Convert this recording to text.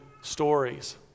stories